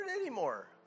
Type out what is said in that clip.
anymore